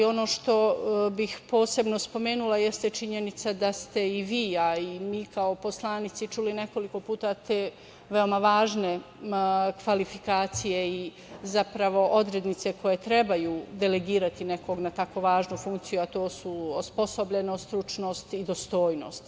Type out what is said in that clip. Ono što bih posebno spomenula jeste činjenica da ste i vi, ali i mi kao poslanici čuli nekoliko puta te veoma važne kvalifikacije i zapravo odrednice koje trebaju delegirati nekog na tako važnu funkciju, a to su osposobljenost, stručnost i dostojnost.